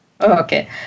Okay